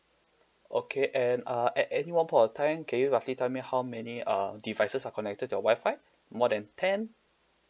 okay and uh at any one point of time can you roughly tell me how many uh devices are connected to your Wi-Fi more than ten